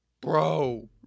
bro